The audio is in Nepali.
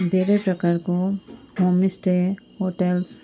धेरै प्रकारको होम स्टे होटेल्स